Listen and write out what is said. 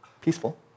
peaceful